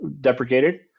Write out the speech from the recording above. deprecated